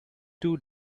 two